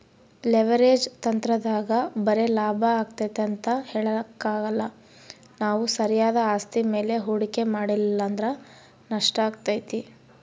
leverage ತಂತ್ರದಾಗ ಬರೆ ಲಾಭ ಆತತೆ ಅಂತ ಹೇಳಕಾಕ್ಕಲ್ಲ ನಾವು ಸರಿಯಾದ ಆಸ್ತಿ ಮೇಲೆ ಹೂಡಿಕೆ ಮಾಡಲಿಲ್ಲಂದ್ರ ನಷ್ಟಾತತೆ